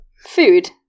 Food